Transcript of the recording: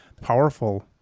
powerful